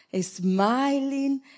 smiling